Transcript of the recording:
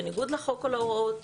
בניגוד לחוק או להוראות,